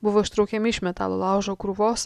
buvo ištraukiami iš metalo laužo krūvos